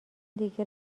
دیگه